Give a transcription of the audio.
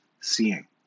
seeing